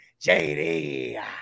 jd